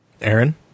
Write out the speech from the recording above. Aaron